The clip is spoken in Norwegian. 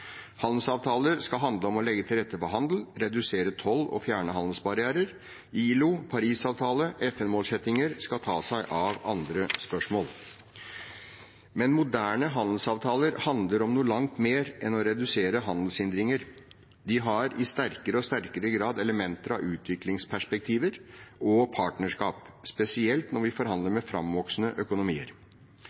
Handelsavtaler skal handle om å legge til rette for handel, redusere toll og fjerne handelsbarrierer. ILO, Parisavtalen, FN-målsettingene skal ta seg av andre spørsmål. Men moderne handelsavtaler handler om noe langt mer enn å redusere handelshindringer. De har i sterkere og sterkere grad elementer av utviklingsperspektiver og partnerskap, spesielt når vi forhandler med framvoksende økonomier.